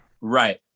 Right